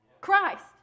Christ